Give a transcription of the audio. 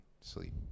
sleep